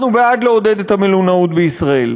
אנחנו בעד לעודד את המלונאות בישראל,